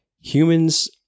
humans